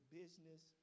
business